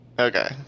Okay